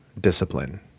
discipline